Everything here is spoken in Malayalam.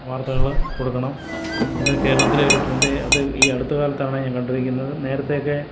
വാർത്തകൾ കൊടുക്കണം ഇവിടെ കേരളത്തിലെ ഒരു ട്രെൻഡ് അത് ഈ അടുത്ത കാലത്താണ് ഞാൻ കണ്ടിരിക്കുന്നത് നേരത്തെയൊക്കെ